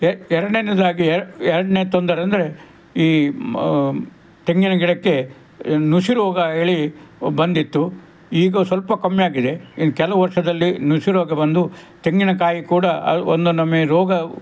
A ಎರಡನೇಯದಾಗಿ ಎರಡನೆ ತೊಂದರೆ ಅಂದರೆ ಈ ತೆಂಗಿನ ಗಿಡಕ್ಕೆ ನುಸಿ ರೋಗ ಹೇಳಿ ಬಂದಿತ್ತು ಈಗ ಸ್ವಲ್ಪ ಕಮ್ಮಿಯಾಗಿದೆ ಇನ್ನು ಕೆಲವು ವರ್ಷದಲ್ಲಿ ನುಸಿ ರೋಗ ಬಂದು ತೆಂಗಿನಕಾಯಿ ಕೂಡ ಒಂದು ನಮಗೆ ರೋಗ